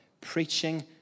preaching